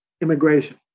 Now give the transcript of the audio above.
immigration